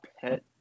Pet